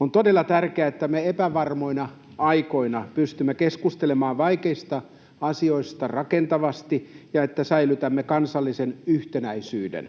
On todella tärkeää, että me epävarmoina aikoina pystymme keskustelemaan vaikeista asioista rakentavasti ja että säilytämme kansallisen yhtenäisyyden.